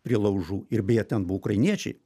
prie laužų ir beje ten buvo ukrainiečiai